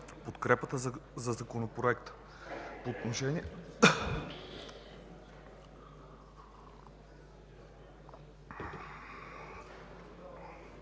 подкрепа за Законопроекта.